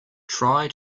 try